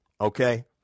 okay